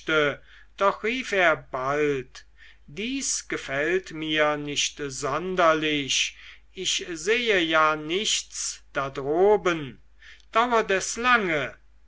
doch rief er bald dies gefällt mir nicht sonderlich ich sehe ja nichts da droben dauert es lange